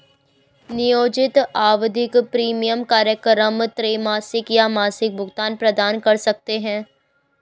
नियोजित आवधिक प्रीमियम कार्यक्रम त्रैमासिक या मासिक भुगतान प्रदान कर सकते हैं